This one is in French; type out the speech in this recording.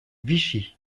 vichy